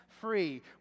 free